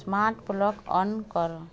smart plug on କର